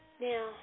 Now